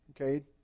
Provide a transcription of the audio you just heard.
Okay